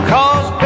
Cause